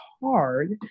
hard